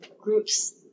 groups